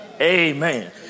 amen